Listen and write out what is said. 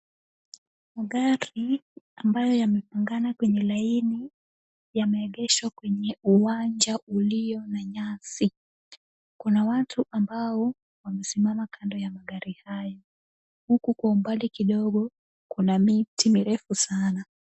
Magari ambayo yamepangana kwenye laini , yameegeshwa kwenye uwanja ulio na nyasi. Kuna watu ambao wamesimama kando ya magari hayo huku kwa umbali kidogo kuna miti mirefu sana.